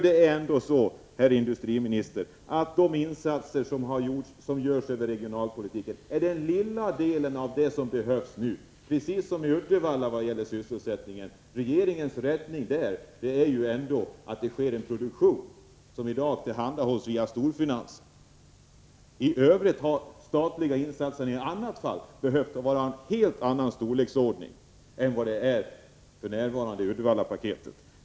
Det är ju ändå så, herr industriminister, att de insatser som görs regionalpolitiskt är den lilla delen av vad som nu behövs. Precis som när det gäller sysselsättningen i Uddevalla är regeringens räddning att det sker en produktion. Denna tillhandahålls i dag av storfinansen. I annat fall hade de statliga insatserna behövt vara av en helt annan storlek än vad de för närvarande är i Uddevallapaketet.